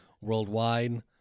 worldwide